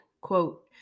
quote